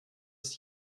ist